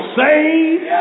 saved